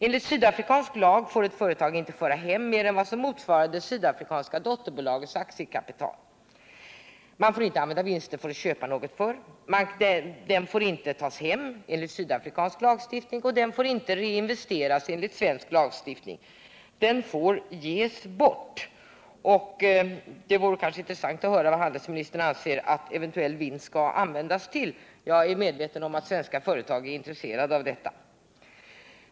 Enligt sydafrikansk lag får ett företag inte föra hem mer än vad som motsvarar det sydafrikanska dotterbolagets aktiekapital. Man får inte använda vinsten för att köpa något, den får inte tas hem enligt sydafrikansk lagstiftning och den får inte reinvesteras enligt svensk lagstiftning. Den får ges bort. Det vore intressant att få höra vad handelsministern anser att eventuell vinst skall användas till. Jag är medveten om att svenska företag är intresserade av detta.